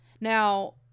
Now